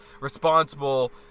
responsible